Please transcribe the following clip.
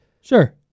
Sure